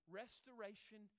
restoration